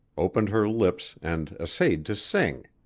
opened her lips and essayed to sing.